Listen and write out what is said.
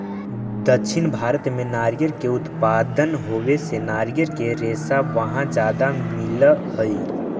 दक्षिण भारत में नारियर के उत्पादन होवे से नारियर के रेशा वहाँ ज्यादा मिलऽ हई